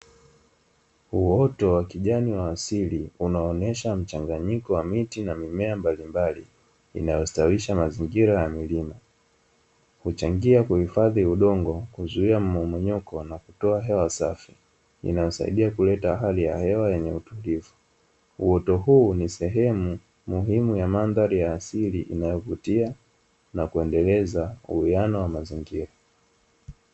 Uto wa kijani wa asili inayoonyesha mchanganyiko wa miti na mimea mbalimbali inayostawisha mazinga na milima. Huchangia kuhifadhi udongo pia kuzuia mmomonyoko pia na kutoa hewa safi, inayosaidia kuleta hali ya hewa yenye utulivu. Uto ni sehemu muhumu wa madhali ya asili inayovutia na kuendeleza uwiano wa mazingira